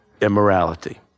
immorality